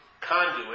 conduit